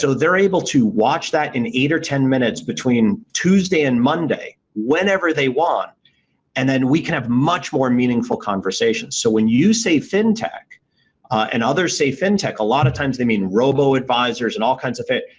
so they're able to watch that in eight or ten minutes between tuesday and monday whenever they want and then we can have much more meaningful conversations. so, when you save fintech and others say fintech, a lot of times they mean robo advisors and all kinds of things.